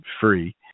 free